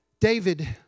David